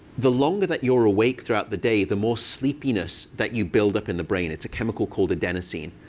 the longer that you're awake throughout the day, the more sleepiness that you build up in the brain. it's a chemical called adenosine.